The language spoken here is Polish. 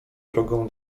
drogą